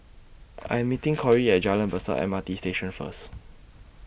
I Am meeting Cori At Jalan Besar M R T Station First